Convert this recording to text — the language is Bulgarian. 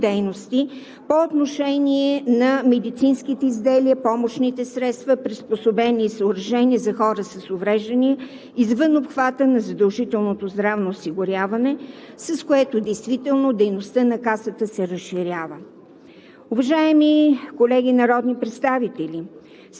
тъй като с наше решение им възлагаме и допълнителни дейности по отношение на медицинските изделия, помощните средства, приспособленията и съоръженията за хора с увреждания, извън обхвата на задължителното здравно осигуряване, с което действително дейността на Касата се разширява.